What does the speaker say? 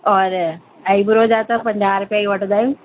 और eyebrow जा त पंजाह रुपिया ई वठंदा आहियूं